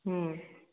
ହୁଁ